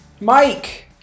Mike